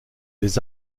des